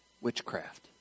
witchcraft